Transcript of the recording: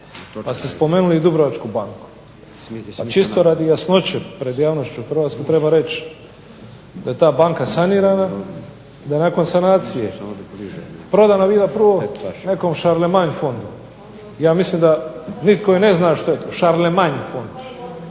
Pa ste spomenuli i Dubrovačku banku. Pa čisto radi jasnoće pred javnošću hrvatskom treba reći da je ta banka sanirana i da je nakon sanacije prodana bila prvom nekom šarlemanjfon. Ja mislim da nitko i ne zna što je to šarlemanjfon,